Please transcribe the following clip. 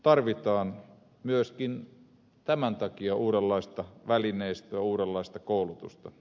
tarvitaan myöskin tämän takia uudenlaista välineistöä uudenlaista koulutusta